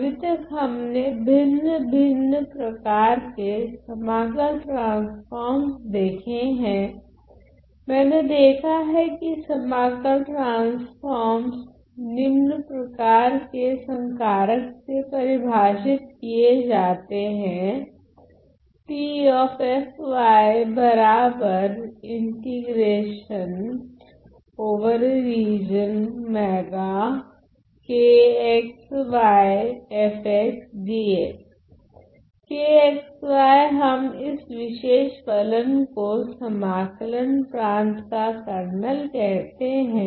अभी तक हमने भिन्न भिन्न प्रकार के समाकल ट्रांसफोर्मस देखे है मैंने देखा है की समाकल ट्रांसफोर्मस निम्न प्रकार के संकारक से परिभाषित किये जाते है Kx y हम इस विशेष फलन को समाकलन प्रांत का कर्नल कहते है